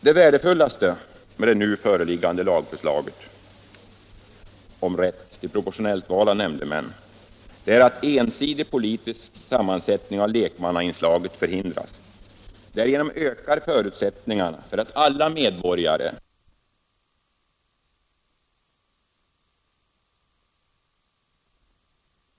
Det värdefullaste med det nu föreliggande lagförslaget om rätt till proportionellt val av nämndemän är att ensidig politisk sammansättning av lekmannainslaget i domstolarna förhindras. Därigenom ökar förutsättningarna för att alla medborgare — oavsett partipolitiska åsikter — skall känna tilltro till det svenska rättsväsendets opartiskhet.